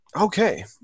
Okay